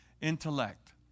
intellect